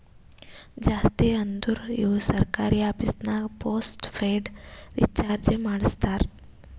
ಜಾಸ್ತಿ ಅಂದುರ್ ಇವು ಸರ್ಕಾರಿ ಆಫೀಸ್ನಾಗ್ ಪೋಸ್ಟ್ ಪೇಯ್ಡ್ ರೀಚಾರ್ಜೆ ಮಾಡಸ್ತಾರ